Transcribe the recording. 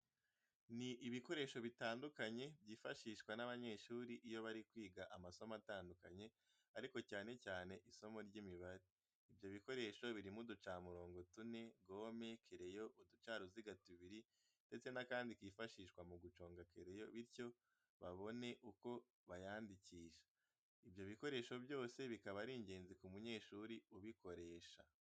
Ni ibikoresho bitandukanye byifashishwa n'abanyeshuri iyo bari kwiga amasomo atandukanye ariko cyane cyane isimo ry'Imibare. ibyo bikoresho birimo uducamirongo tune, gome, kereyo, uducaruziga tubiri ndetse n'akandi kifashishwa mu guconga kereyo bityo babone uko bayandikisha. Ibyo bikoresho byose bikaba ari ingenzi ku munyeshuri ubikoresha.